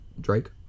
Drake